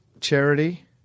charity